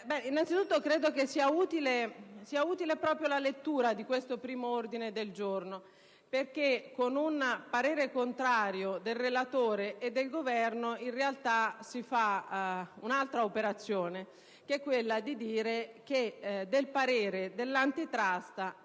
Anzitutto, credo sia utile la lettura di questo primo ordine del giorno, perché con un parere contrario del relatore e del Governo in realtà si fa un'altra operazione, che è quella di dire che al relatore